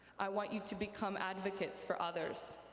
i want you to become advocates for others,